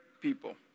people